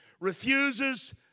refuses